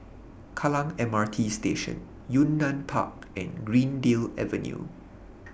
Kallang M R T Station Yunnan Park and Greendale Avenue